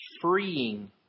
freeing